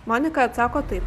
monika atsako tai